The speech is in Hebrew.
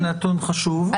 זה נתון חשוב.